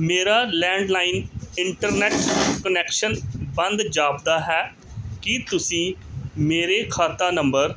ਮੇਰਾ landline internet connection ਬੰਦ ਜਾਪਦਾ ਹੈ ਕੀ ਤੁਸੀਂ ਮੇਰੇ ਖਾਤਾ ਨੰਬਰ